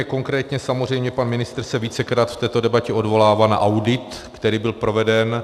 Konkrétně samozřejmě pan ministr se vícekrát v této debatě odvolává na audit, který byl proveden.